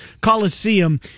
Coliseum